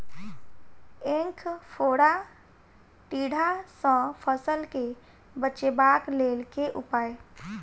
ऐंख फोड़ा टिड्डा सँ फसल केँ बचेबाक लेल केँ उपाय?